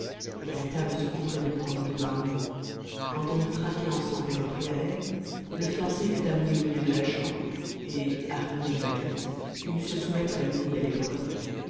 la table se couvrait de brocs de vin nouveau quand on eut trinqué ensemble et repris haleine le fiancé fut amené au milieu de la chambre et armé d'une baguette il dut se soumettre à une nouvelle épreuve